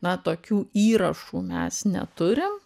na tokių įrašų mes neturim